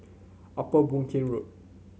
Upper Boon Keng Road